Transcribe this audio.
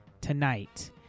tonight